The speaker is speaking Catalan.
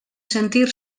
sentir